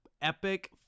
epic